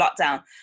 lockdown